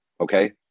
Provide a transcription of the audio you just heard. okay